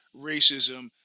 racism